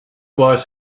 was